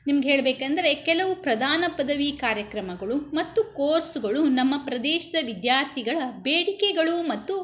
ನಿಮ್ಗೆ ಹೇಳಬೇಕೆಂದ್ರೆ ಕೆಲವು ಪ್ರಧಾನ ಪದವಿ ಕಾರ್ಯಕ್ರಮಗಳು ಮತ್ತು ಕೋರ್ಸ್ಗಳು ನಮ್ಮ ಪ್ರದೇಶದ ವಿದ್ಯಾರ್ಥಿಗಳ ಬೇಡಿಕೆಗಳು ಮತ್ತು